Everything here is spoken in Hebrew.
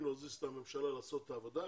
להזיז את הממשלה לעשות את העבודה,